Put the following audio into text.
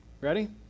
Ready